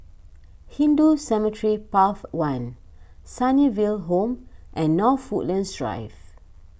Hindu Cemetery Path one Sunnyville Home and North Woodlands Drive